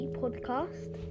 podcast